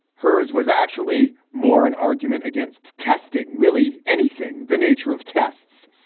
heard's was actually more an argument against testing really anything. the nature of tests,